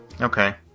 Okay